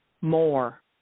more